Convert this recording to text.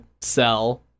sell